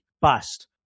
Bust